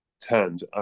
turned